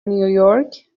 نیویورک